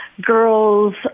girls